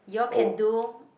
you all can do